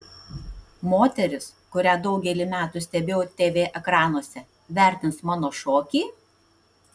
moteris kurią daugelį metų stebėjau tv ekranuose vertins mano šokį